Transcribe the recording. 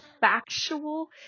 factual